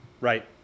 right